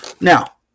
Now